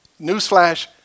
newsflash